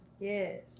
Yes